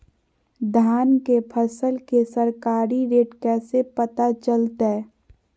धान के फसल के सरकारी रेट कैसे पता चलताय?